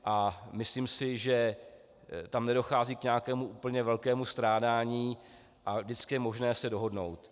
A myslím si, že tam nedochází k nějakému úplně velkému strádání a že vždycky je možné se dohodnout.